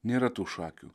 nėra tų šakių